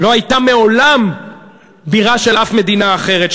לא הייתה מעולם בירה של אף מדינה אחרת,